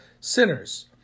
sinners